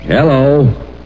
Hello